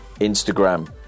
Instagram